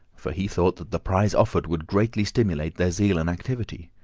for he thought that the prize offered would greatly stimulate their zeal and activity.